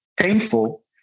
painful